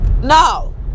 No